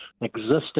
Existing